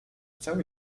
cały